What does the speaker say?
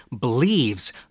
believes